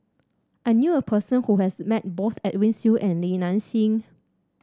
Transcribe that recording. I knew a person who has met both Edwin Siew and Li Nanxing